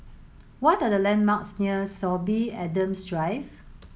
what are the landmarks near Sorby Adams Drive